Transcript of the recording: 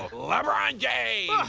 lebron james. whoa,